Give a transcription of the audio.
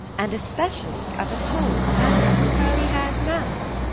and especially of a tall, handsome, curly-haired man?